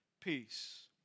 peace